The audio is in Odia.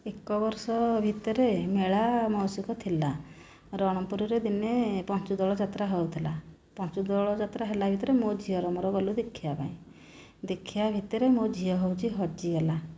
ଏକବର୍ଷ ଭିତରେ ମେଳା ମହୋତ୍ସବ ଥିଲା ରଣପୁରରେ ଦିନେ ପଞ୍ଚୁଦୋଳଯାତ୍ରା ହେଉଥିଲା ପଞ୍ଚୁଦୋଳଯାତ୍ରା ହେଲା ଭିତରେ ମୋ' ଝିଅର ମୋ'ର ଗଲୁ ଦେଖିବା ପାଇଁ ଦେଖିବା ଭିତରେ ମୋ' ଝିଅ ହେଉଛି ହଜିଗଲା